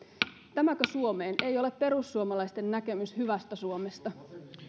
tämäkö suomeen ei ole perussuomalaisten näkemys hyvästä suomesta